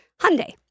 Hyundai